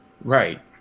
Right